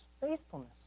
faithfulness